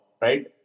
right